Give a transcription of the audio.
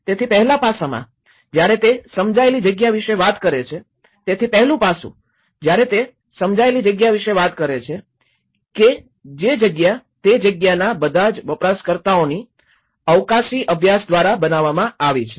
તેથી પહેલા પાસામાં જયારે તે સમજાયેલી જગ્યા વિશે વાત કરે છે તેથી પહેલું પાસું જ્યારે તે સમજાયેલી જગ્યા વિશે વાત કરે છે કે જે જગ્યા તે જગ્યાના બધા વપરાશકર્તાઓની અવકાશી અભ્યાસ દ્વારા બનાવવામાં આવી છે